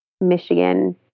Michigan